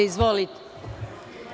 Izvolite.